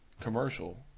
commercial